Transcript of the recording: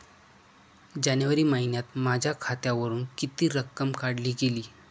जानेवारी महिन्यात माझ्या खात्यावरुन किती रक्कम काढली गेली?